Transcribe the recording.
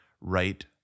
right